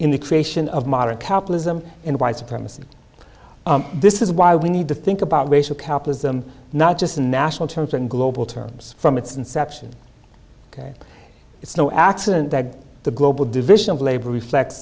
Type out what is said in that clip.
in the creation of modern capitalism and white supremacy this is why we need to think about racial capitalism not just in national terms and global terms from its inception ok it's no accident that the global division of labor reflects